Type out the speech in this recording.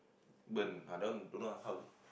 burn ah that one don't know how also